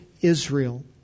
Israel